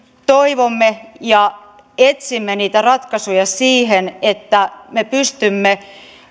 toivomme ja etsimme niitä ratkaisuja siihen että me pystymme